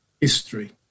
history